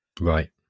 Right